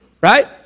right